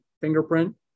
fingerprint